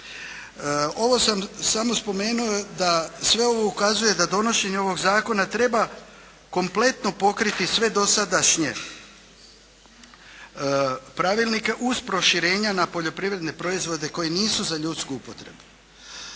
Ovo sam samo spomenuo da sve ovo ukazuje da donošenje ovog zakona treba kompletno pokriti sve dosadašnje pravilnike uz proširenja na poljoprivredne proizvode koji nisu za ljudsku upotrebu.